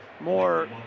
more